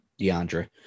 DeAndra